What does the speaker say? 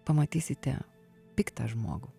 pamatysite piktą žmogų